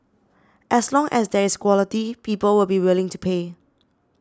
as long as there is quality people will be willing to pay